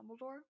Dumbledore